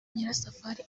nyirasafari